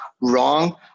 wrong